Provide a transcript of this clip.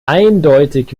eindeutig